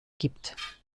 gibt